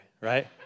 right